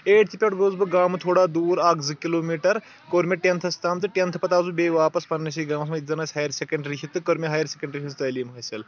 eighth پؠٹھ گوٚوُس بہٕ گامہٕ تھوڑا دوٗر اکھ زٕ کِلو میٖٹر کوٚر مےٚ ٹیٚنتھَس تام تہٕ ٹؠنتھہٕ پَتہٕ آوُس بہٕ بیٚیہِ واپس پَننِسٕے گامَس منٛز ییٚتہِ زَن اَسہِ ہایر سیٚکنڈری چھِ تہٕ کٔر مےٚ ہایر سیٚکنڈری ہٕنٛز تعلیٖم حٲصِل